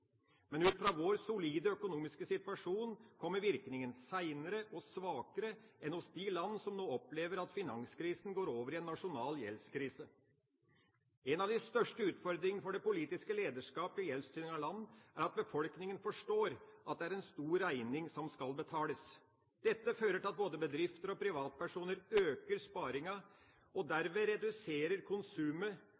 Men ut fra vår solide økonomiske situasjon kommer virkningen seinere og svakere enn hos de land som nå opplever at finanskrisen går over i en nasjonal gjeldskrise. En av de største utfordringene for det politiske lederskap i gjeldstyngede land er at befolkningen forstår at det er en stor regning som skal betales. Dette fører til at både bedrifter og privatpersoner øker sparingen og